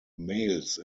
males